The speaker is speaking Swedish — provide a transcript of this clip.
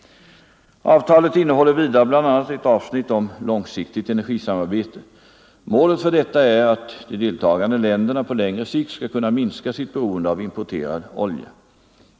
Avtalet innehåller vidare bl.a. ett avsnitt om långsiktigt energisamarbete. Målet för detta är att de deltagande länderna på längre sikt skall kunna minska sitt beroende av importerad olja.